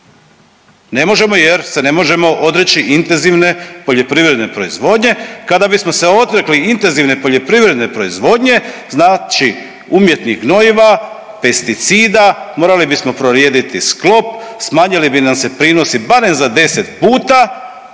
Ne možemo jer se ne možemo odreći intenzivne poljoprivredne proizvodnje. Kada bismo se odrekli intenzivne poljoprivredne proizvodnje, znači umjetnih gnojiva, pesticida, morali bismo prorijediti sklop, smanjili bi nam se prinosi barem za 10 puta,